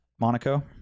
Monaco